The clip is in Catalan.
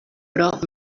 però